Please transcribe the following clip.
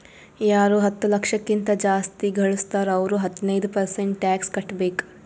ಯಾರು ಹತ್ತ ಲಕ್ಷ ಕಿಂತಾ ಜಾಸ್ತಿ ಘಳುಸ್ತಾರ್ ಅವ್ರು ಹದಿನೈದ್ ಪರ್ಸೆಂಟ್ ಟ್ಯಾಕ್ಸ್ ಕಟ್ಟಬೇಕ್